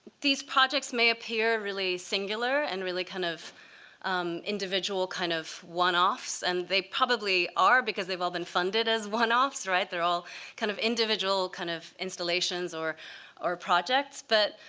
these projects may appear really singular, and really kind of um individual kind of one-offs. and they probably are because they've all been funded as one-offs. they're all kind of individual kind of installations or or projects. but